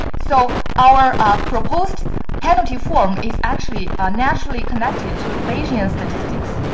so, our proposed penalty form is actually naturally connected to bayesian statistics.